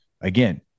Again